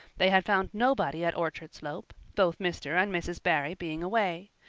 they had found nobody at orchard slope, both mr. and mrs. barry being away.